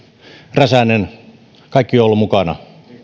räsänen kaikki ovat olleet mukana